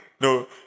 No